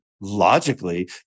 logically